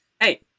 Hey